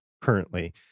currently